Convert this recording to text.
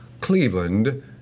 Cleveland